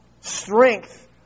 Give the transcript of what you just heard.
strength